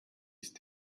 ist